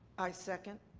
i second.